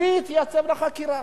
אני אתייצב לחקירה?